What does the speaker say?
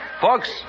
Folks